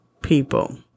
people